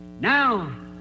Now